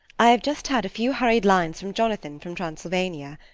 i have just had a few hurried lines from jonathan from transylvania.